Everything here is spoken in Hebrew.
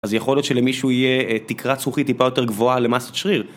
אז יכול להיות שלמישהו יהיה תקרת זכוכית טיפה יותר גבוהה למסת שריר.